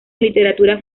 literatura